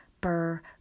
burr